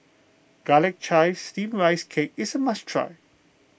Garlic Chives Steamed Rice Cake is a must try